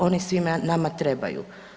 Oni svima nama trebaju.